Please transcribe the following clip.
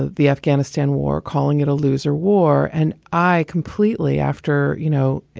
ah the afghanistan war calling it a loser war. and i completely after, you know,